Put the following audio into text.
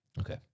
Okay